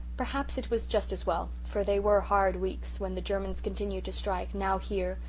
perhaps it was just as well, for they were hard weeks, when the germans continued to strike, now here,